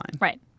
Right